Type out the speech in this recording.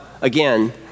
again